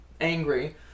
angry